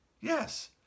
Yes